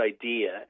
idea